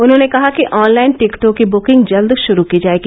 उन्होंने कहा कि ऑनलाइन टिकटों की बुकिंग जल्द शुरू की जाएगी